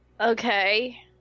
Okay